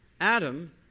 Adam